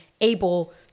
able